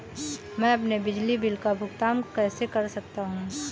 मैं अपने बिजली बिल का भुगतान कैसे कर सकता हूँ?